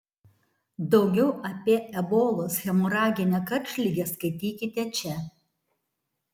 daugiau apie ebolos hemoraginę karštligę skaitykite čia